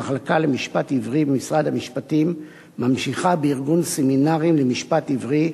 המחלקה למשפט עברי במשרד המשפטים ממשיכה בארגון סמינרים למשפט עברי,